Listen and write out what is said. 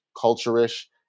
culture-ish